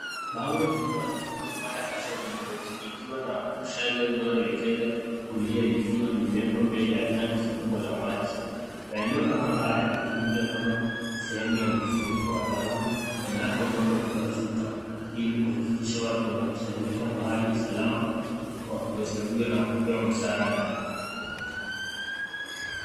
Bango lililo andikwa fire assembly point ikiwa na mshale unaoelekeza kulia limewekwa mbele ya tangi kubwa la maji. eneo kama haya hutumika kama sehemu ya mkusanyiko wa dharura endapo moto utazukaili kuakikisha watu wanakusanyika mahali salama kwa kuhesabika na kupewa msaada.